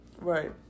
Right